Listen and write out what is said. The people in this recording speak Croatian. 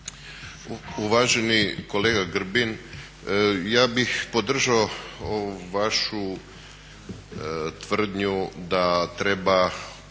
Uvaženi kolega Grbin, ja bih podržao ovu vašu tvrdnju da treba